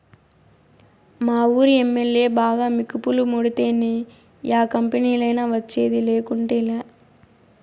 మావూరి MLA బాగా మికుపులు ముడితేనే యా కంపెనీలైనా వచ్చేది, లేకుంటేలా